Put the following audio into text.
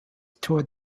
toward